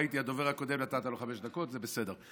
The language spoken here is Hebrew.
ראיתי שלדובר הקודם נתת חמש דקות, זה בסדר.